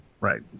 right